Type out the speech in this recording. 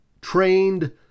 trained